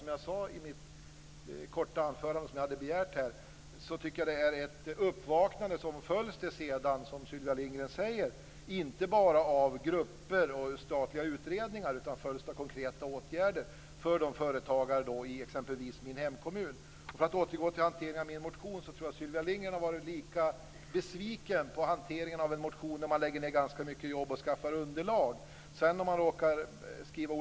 Som jag sade i mitt korta anförande tycker jag att detta är ett uppvaknande. Jag hoppas att det sedan inte bara följs av grupper och statliga utredningar, som Sylvia Lindgren säger, utan av konkreta åtgärder för företagarna i t.ex. min hemkommun. För att återgå till hanteringen av min motion tror jag att Sylvia Lindgren hade varit lika besviken på hanteringen av en motion där man har lagt ned ganska mycket jobb för att skaffa underlag.